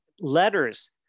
letters